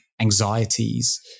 anxieties